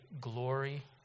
glory